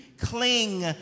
cling